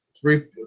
three